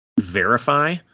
Verify